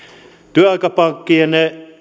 työaikapankkien